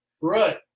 Right